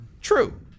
True